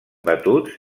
batuts